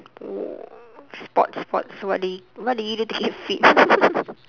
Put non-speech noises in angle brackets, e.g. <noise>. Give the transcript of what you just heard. oo sports sports what did you what did you do to keep fit <laughs>